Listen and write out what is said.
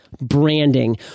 Branding